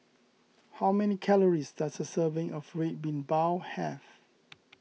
how many calories does a serving of Red Bean Bao have